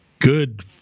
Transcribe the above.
good